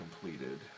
completed